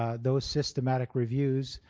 ah those systematic reviews,